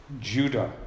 Judah